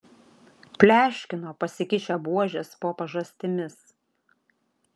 pleškino pasikišę buožes po pažastimis